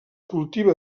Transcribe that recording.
cultiva